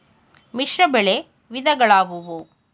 ಮಿಶ್ರಬೆಳೆ ವಿಧಗಳಾವುವು?